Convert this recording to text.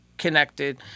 Connected